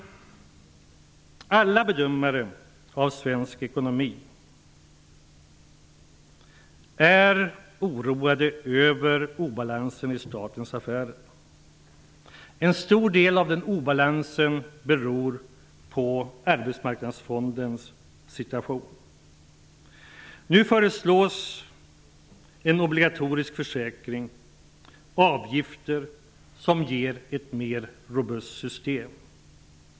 Alla bedömare av svensk ekonomi är oroade över obalansen i statens affärer. En stor del av den obalansen beror på Arbetsmarknadsfondens situation. Nu föreslås en obligatorisk försäkring, avgifter som ger ett mer robust system.